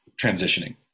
transitioning